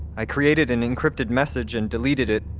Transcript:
i created an encrypted message and deleted it.